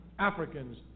Africans